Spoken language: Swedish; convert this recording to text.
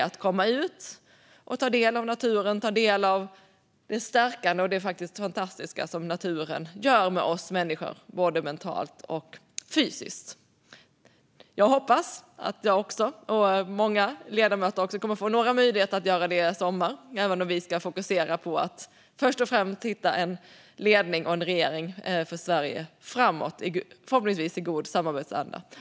Att komma ut och ta del av naturen och det stärkande och faktiskt fantastiska som naturen gör med oss människor både mentalt och fysiskt är ju någonting som inte behöver kosta pengar. Jag hoppas att både jag och även många ledamöter kommer att få möjlighet att göra det i sommar, även om vi, förhoppningsvis i god samarbetsanda, först och främst ska fokusera på att hitta en ledning och en regering för Sverige.